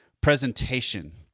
presentation